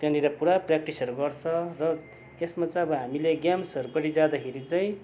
त्यहाँनेर पुरा पर्याक्टिसहरू गर्छ र यसमा चाहिँ हामीले गेम्सहरू गर्दै जाँदाखेरि चाहिँ